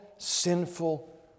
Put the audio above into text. Sinful